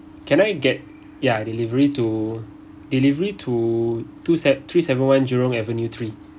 can I get ya delivery to delivery to two seven three seven one jurong avenue three